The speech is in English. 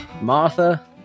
Martha